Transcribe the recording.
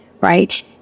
right